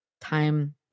time